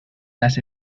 las